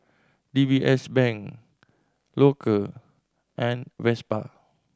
D B S Bank Loacker and Vespa